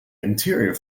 interior